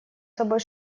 собой